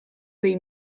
dei